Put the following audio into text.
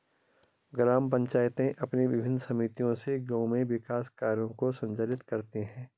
ग्राम पंचायतें अपनी विभिन्न समितियों से गाँव में विकास कार्यों को संचालित करती हैं